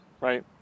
right